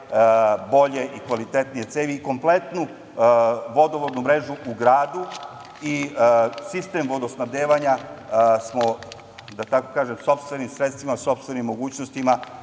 bolje i kvalitetnije cevi i kompletnu vodovodnu mrežu u gradu i sistem vodosnabdevanja smo sopstvenim sredstvima, sopstvenim mogućnostima,